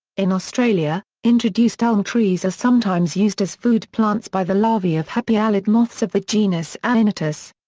in australia, introduced elm trees are sometimes used as foodplants by the larvae of hepialid moths of the genus aenetus.